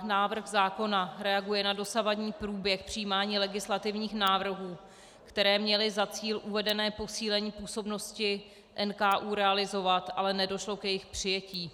Návrh zákona reaguje na dosavadní průběh přijímání legislativních návrhů, které měly za cíl uvedené posílení působnosti NKÚ realizovat, ale nedošlo k jejich přijetí.